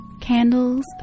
Candles